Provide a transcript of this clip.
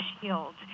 shield